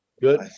Good